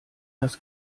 das